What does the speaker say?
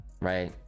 right